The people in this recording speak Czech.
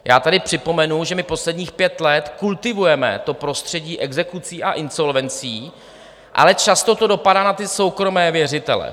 Já tady připomenu, že posledních pět let kultivujeme prostředí exekucí a insolvencí, ale často to dopadá na soukromé věřitele.